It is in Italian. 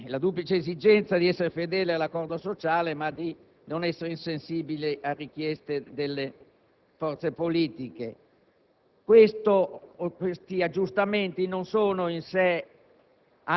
duplice esigenza di essere fedele all'accordo sociale, senza però essere insensibile alle richieste delle forze politiche. Questi aggiustamenti non sono anomali: